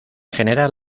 general